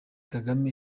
kagame